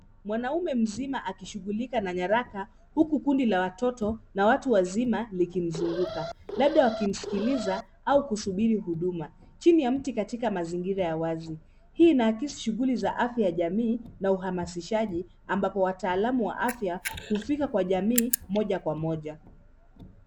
Mwanaume mzima akishughulika na nyaraka huku kundi la watoto na watu wazima likimzunguka, labda wakimsikiliza au kusubiri huduma chini ya mti katika mazingira ya wazi. Hii inaakisi shughuli za afya ya jamii na uhamasishaji ambapo wataalamu wa afya hufika kwa jamii moja kwa moja.